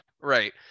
right